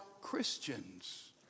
Christians